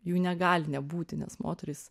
jų negali nebūti nes moterys